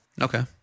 Okay